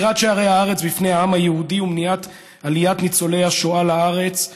סגירת שערי הארץ בפני העם היהודי ומניעת עליית ניצולי השואה לארץ,